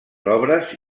obres